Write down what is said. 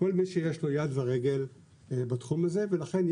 כל מי שיש לו יד ורגל בתחום הזה ולכן,